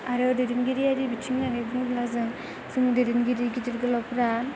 आरो दैदेनगिरियारि बिथिं होननानै बुङोब्ला जों जोङो दैदेनगिरि गिदिर गोलावफोरा